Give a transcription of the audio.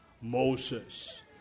Moses